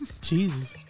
Jesus